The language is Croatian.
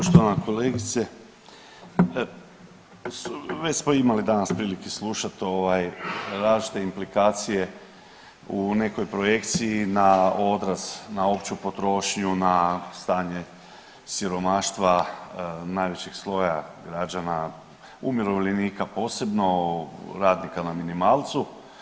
Poštovana kolegice već smo imali danas prilike slušati različite implikacije u nekoj projekciji na odraz na opću potrošnju, na stanje siromaštva najvećeg sloja građana, umirovljenika posebno, radnika na minimalcu.